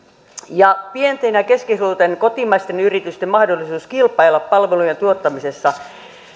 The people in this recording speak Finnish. ja pienten ja keskisuurten kotimaisten yritysten mahdollisuus kilpailla palvelujen tuottamisessa